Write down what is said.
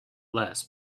less